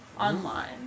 online